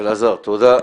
אלעזר, תודה.